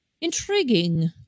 intriguing